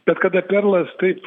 bet kada perlas taip